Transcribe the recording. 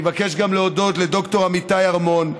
אני מבקש גם להודות לד"ר אמיתי ערמון,